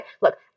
look